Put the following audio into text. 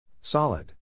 Solid